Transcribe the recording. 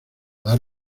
dar